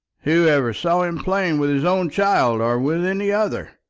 who ever saw him playing with his own child, or with any other?